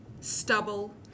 Stubble